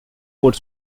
code